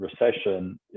recession